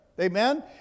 Amen